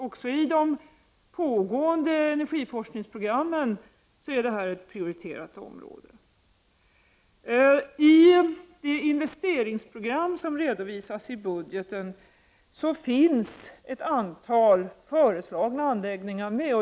Också i de pågående energiforskningsprogrammen är detta ett prioriterat område. I det investeringsprogram som redovisas i budgeten ingår förslag om ett antal anläggningar.